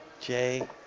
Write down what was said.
Jay